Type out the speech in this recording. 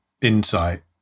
insight